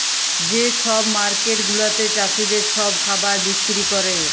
যে ছব মার্কেট গুলাতে চাষীদের ছব খাবার বিক্কিরি ক্যরে